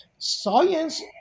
Science